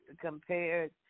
compared